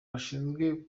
bashinzwe